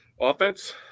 Offense